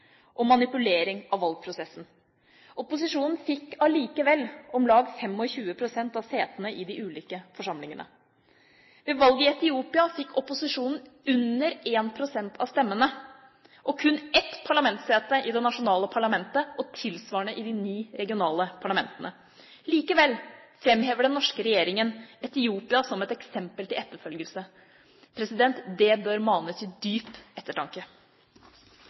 og manipulering av valgprosessen. Opposisjonen fikk likevel om lag 25 pst. av setene i de ulike forsamlingene. Ved valget i Etiopia fikk opposisjonen under 1 pst. av stemmene, og kun ett parlamentssete i det nasjonale parlamentet og tilsvarende i de ni regionale parlamentene. Likevel framhever den norske regjeringa Etiopia som et eksempel til etterfølgelse. Det bør mane til dyp ettertanke.